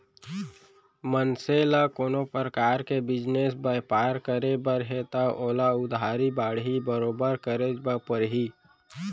मनसे ल कोनो परकार के बिजनेस बयपार करे बर हे तव ओला उधारी बाड़ही बरोबर करेच बर परही